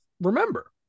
remember